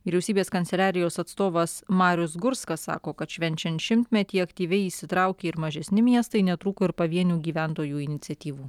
vyriausybės kanceliarijos atstovas marius gurskas sako kad švenčiant šimtmetį aktyviai įsitraukė ir mažesni miestai netrūko ir pavienių gyventojų iniciatyvų